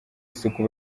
isuku